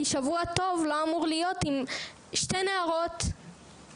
כי שבוע טוב לא אמור להיות עם שתי נערות שאפילו